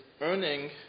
earning